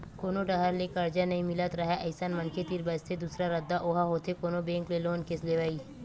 कोनो डाहर ले करजा नइ मिलत राहय अइसन मनखे तीर बचथे दूसरा रद्दा ओहा होथे कोनो बेंक ले लोन के लेवई